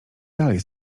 dalej